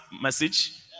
message